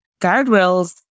guardrails